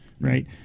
right